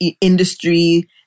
industry